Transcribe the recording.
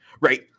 Right